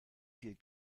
viel